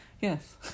Yes